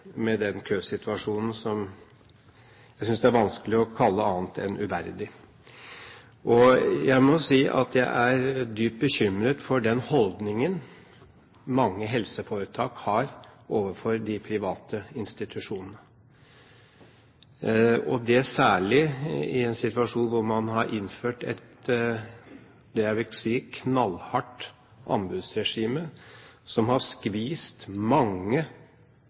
med den køsituasjonen som jeg synes det er vanskelig å kalle annet enn uverdig. Jeg må si at jeg er dypt bekymret over den holdningen mange helseforetak har til de private institusjonene, særlig i en situasjon hvor man har innført et – vil jeg si – knallhardt anbudsregime, som har skviset mange